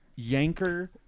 Yanker